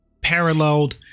paralleled